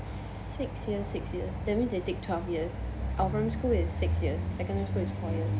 six years six years that means they take twelve years our primary school is six years secondary school is four years